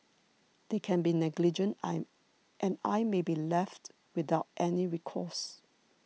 they can be negligent I and I may be left without any recourse